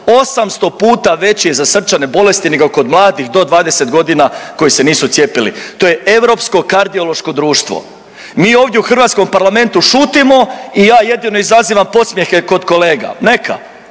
800 puta je veći za srčane bolesti nego kod mladih do 20 godina koji se nisu cijepili. To je Europsko kardiološko društvo. Mi ovdje u hrvatskom parlamentu šutimo i ja jedino izazivam podsmjehe kod kolega neka,